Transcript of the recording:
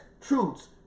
truths